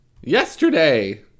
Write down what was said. Yesterday